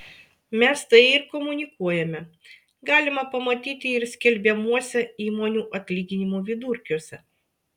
mes tai ir komunikuojame galima pamatyti ir skelbiamuose įmonių atlyginimų vidurkiuose